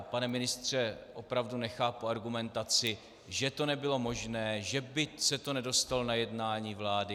Pane ministře, opravdu nechápu argumentaci, že to nebylo možné, že se to nedostalo na jednání vlády.